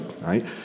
right